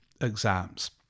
exams